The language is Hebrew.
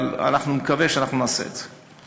אבל אני מקווה שנעשה את זה.